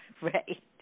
Right